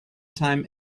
time